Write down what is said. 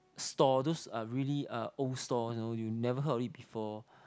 stalls those uh really uh old stalls you know you never heard of it before